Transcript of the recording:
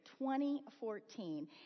2014